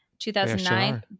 2009